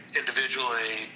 individually